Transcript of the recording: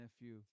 nephew